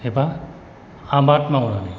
एबा आबाद मावनानै